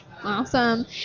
Awesome